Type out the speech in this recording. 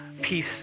peace